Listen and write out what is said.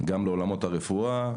גם לעולמות הרפואה,